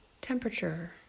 temperature